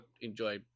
enjoy